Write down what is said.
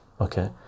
okay